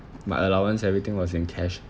my allowance everything was in cash